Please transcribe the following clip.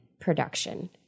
production